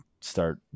start